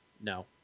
No